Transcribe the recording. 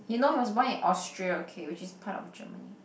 he know he was born in Austria okay which is part of Germany